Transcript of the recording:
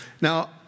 Now